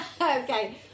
Okay